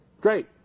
great